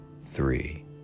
three